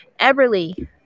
eberly